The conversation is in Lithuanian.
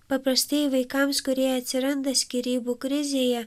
paprastai vaikams kurie atsiranda skyrybų krizėje